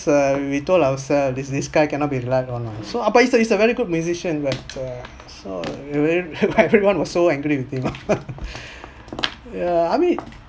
so we told ourself this this guy cannot be relied on lah so uh but it's a it's a very good musician where the so every everyone was so angry with him ah yeah I mean